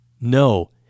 No